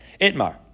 Itmar